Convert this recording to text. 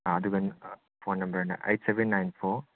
ꯑꯗꯨꯒ ꯐꯣꯟ ꯅꯝꯕꯔꯅ eight seven nine four